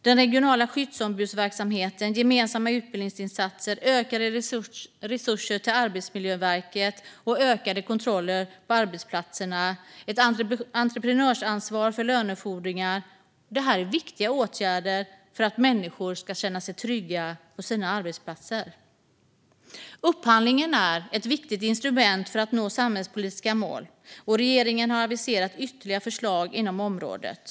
Den regionala skyddsombudsverksamheten, gemensamma utbildningsinsatser, ökade resurser till Arbetsmiljöverket, ökade kontroller på arbetsplatserna och ett entreprenörsansvar för lönefordringar är viktiga åtgärder för att människor ska känna sig trygga på sina arbetsplatser. Upphandlingen är ett viktigt instrument för att nå samhällspolitiska mål, och regeringen har aviserat ytterligare förslag inom området.